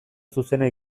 zuzena